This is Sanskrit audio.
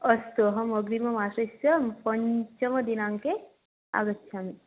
अस्तु अहं अग्रिममासस्य पञ्चमदिनाङ्के आगच्छामि